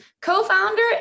co-founder